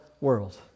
world